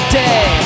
day